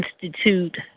institute